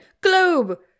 globe